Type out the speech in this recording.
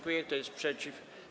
Kto jest przeciw?